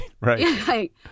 Right